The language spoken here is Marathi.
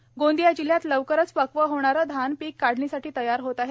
धान पिक गोंदिया जिल्हयात लवकर पक्व होणारे धान पिक काढणीसाठी तयार होत आहे